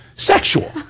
sexual